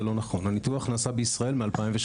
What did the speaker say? הניתוח נעשה בישראל מ-2017.